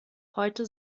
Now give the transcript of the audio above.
heute